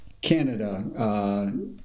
Canada